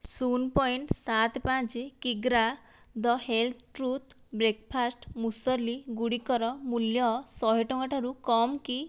ଶୂନ ପଏଣ୍ଟ ସାତ ପାଞ୍ଚ kilo the' truth breakfast muesli ଗୁଡ଼ିକର ମୂଲ୍ୟ ଶହେ ଟଙ୍କା ଠାରୁ କମ୍ କି